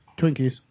Twinkies